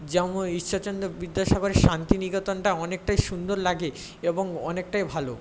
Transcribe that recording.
যেমন ঈশ্বরচন্দ্র বিদ্যাসাগরের শান্তিনিকেতনটা অনেকটাই সুন্দর লাগে এবং অনেকটাই ভালো